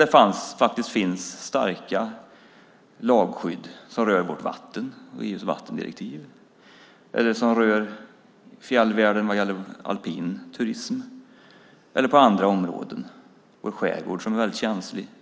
Det finns faktiskt starkt lagskydd som rör vårt vatten, EU:s vattendirektiv och som rör fjällvärlden och alpin turism. Det gäller också skärgården, som är väldigt känslig.